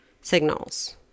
signals